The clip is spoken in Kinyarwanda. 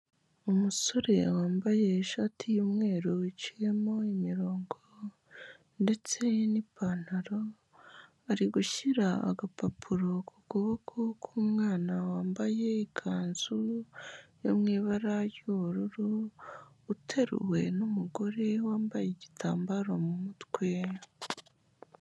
Umusore wambaye ishati y'umweru wiciyemo imirongo ndetse n'ipantaro, ari gushyira agapapuro ku kuboko k'umwana wambaye ikanzu yo mu ibara ry'ubururu uteruwe n'umugore wambaye igitambaro mu mutwera.